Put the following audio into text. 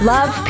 Love